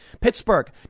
Pittsburgh